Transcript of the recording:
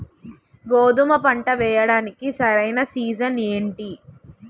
గోధుమపంట వేయడానికి సరైన సీజన్ ఏంటి?